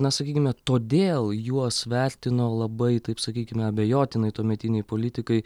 na sakykime todėl juos vertino labai taip sakykime abejotinai tuometiniai politikai